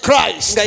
Christ